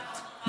חובת ההוכחה,